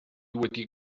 wedi